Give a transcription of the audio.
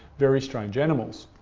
very strange animals.